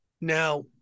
Now